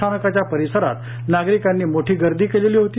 स्थानकांच्या परिसरात नागरिकांनी मोठी गर्दी केलेली होती